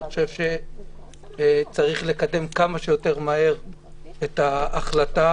אני חושב שצריך לקדם כמה שיותר מהר את ההחלטה,